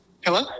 Hello